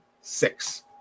six